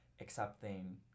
accepting